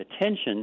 attention